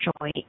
joy